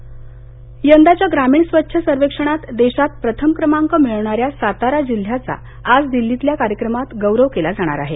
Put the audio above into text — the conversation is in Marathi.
स्वच्छ सर्व्हेक्षण यंदाच्या ग्रामीण स्वच्छ सव्हेक्षणात देशात प्रथम क्रमांक मिळवणाऱ्या सातारा जिल्ह्याचा आज दिल्लीतल्या कार्यक्रमात गौरव केला जाणार आहे